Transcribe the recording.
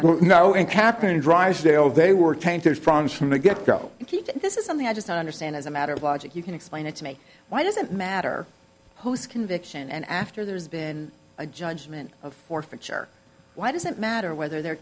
i don't know in capital drysdale they were tainted from from the get go this is something i just don't understand as a matter of logic you can explain it to me why does it matter whose conviction and after there's been a judgment of forfeiture why does it matter whether they're